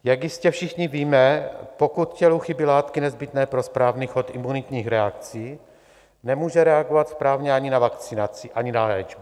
Jak jistě všichni víme, pokud tělu chybí látky nezbytné pro správný chod imunitních reakcí, nemůže reagovat správně ani na vakcinaci, ani léčbu.